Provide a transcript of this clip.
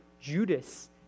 Judas